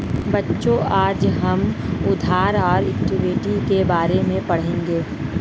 बच्चों आज हम उधार और इक्विटी के बारे में पढ़ेंगे